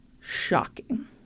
shocking